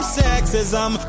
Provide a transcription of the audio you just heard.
sexism